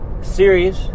series